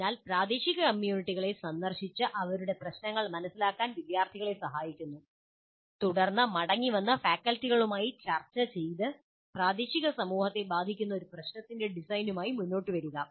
അതിനാൽ പ്രാദേശിക കമ്മ്യൂണിറ്റികളെ സന്ദർശിച്ച് അവരുടെ പ്രശ്നങ്ങൾ മനസിലാക്കാൻ വിദ്യാർത്ഥികളെ അയയ്ക്കുന്നു തുടർന്ന് മടങ്ങിവന്ന് ഫാക്കൽറ്റികളുമായി ചർച്ച ചെയ്ത് പ്രാദേശിക സമൂഹത്തെ ബാധിക്കുന്ന ഒരു പ്രശ്നത്തിന്റെ ഡിസൈനുമായി മുന്നോട്ട് വരിക